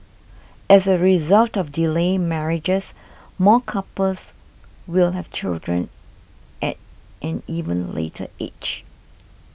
as a result of delayed marriages more couples will have children at an even later age